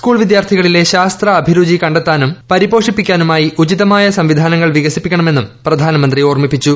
school വിദ്യാർത്ഥികളില്ല് ശാസ്ത്ര അഭിരുചി കണ്ടെത്താനും പരിപോഷിപ്പിക്കാനുമായി ഉചിതമായ സംവിധാനങ്ങൾ വികസിപ്പിക്കണമെന്നും പ്രധാനമന്ത്രി ഓർമ്മിപ്പിച്ചു